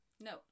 No